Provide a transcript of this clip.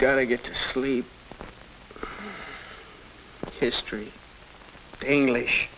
going to get to sleep history english